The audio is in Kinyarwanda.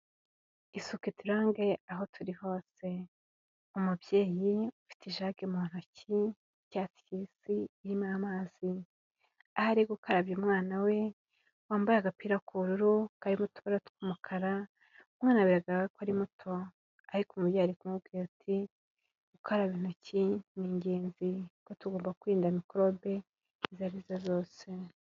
Isuku iturange aho turi hose. Umubyeyi ufite ijage mu ntoki, y'icyatsi kibisi irimo amazi, aho ari gukarabya umwana we wambaye agapira k'ubururu karimo utubara tw'umukara. Umwana biragaragara ko ari muto, ariko umubyeyi ari kumubwira ati "Gukaraba intoki ni ingenzi kuko tugomba kwirinda mikorobe izo ari zo zose".